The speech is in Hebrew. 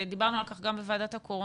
דיברנו על כך בשבוע שעבר גם בוועדת הקורונה,